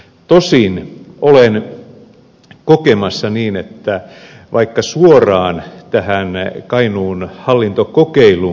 tosin olen kokemassa niin että vaikka suoraan ja ranne kainuun hallintokokeilu